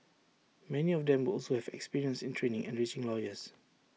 many of them will also have experience in training and reaching lawyers